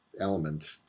element